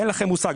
אין לכם מושג.